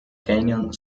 canyon